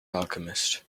alchemist